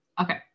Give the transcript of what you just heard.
Okay